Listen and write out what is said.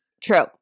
True